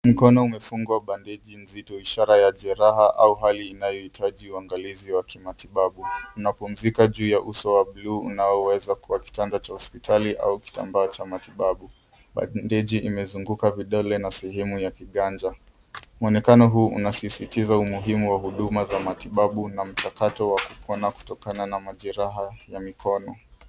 Mkono umefungwa bandeji nzito ishara ya jeraha au hali inayohitaji uangalizi wa kimatibabu. Unapumzika juu ya uso wa buluu unaoweza kuwa kitanda cha hospitali au kitambaa cha matibabu. Bandeji imezunguka vidole na sehemu ya kiganja. Mwonekano huu unasisitiza umuhimu wa huduma za matibabu na mchakato wa kupona kutokana na majeraha ya mikono.